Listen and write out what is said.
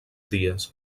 dies